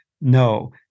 No